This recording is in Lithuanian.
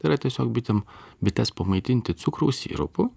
tai yra tiesiog bitėm bites pamaitinti cukraus sirupu